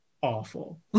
awful